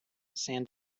saint